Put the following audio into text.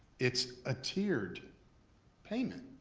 it's a tiered payment.